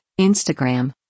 Instagram